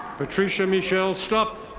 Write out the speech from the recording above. patricia michelle stup.